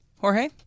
Jorge